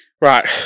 Right